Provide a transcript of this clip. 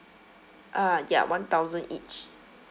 uh ya one thousand each